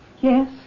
Yes